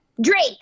Drake